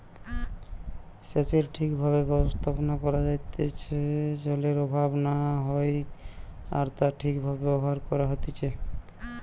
সেচের ঠিক ভাবে ব্যবস্থাপনা করা যাইতে জলের অভাব না হয় আর তা ঠিক ভাবে ব্যবহার করা হতিছে